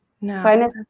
no